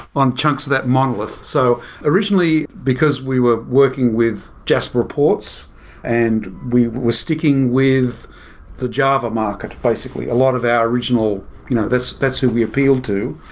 on chunks of that monolith. so originally, because we were working with jasperreports and we were sticking with the java market basically, a lot of our original you know that's, that's who we appealed to,